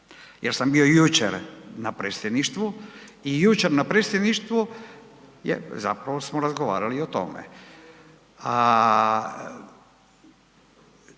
jer sam bio jučer na predsjedništvu i jučer na predsjedništvu je, zapravo smo razgovarali i o tome.